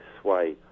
sway